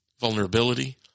vulnerability